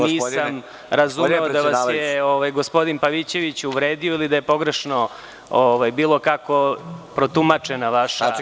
Nisam razumeo da vas je gospodin Pavićević uvredio ili da je pogrešno bilo kako protumačena vaša diskusija.